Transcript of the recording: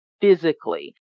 physically